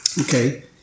okay